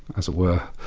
as it were,